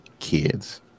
Kids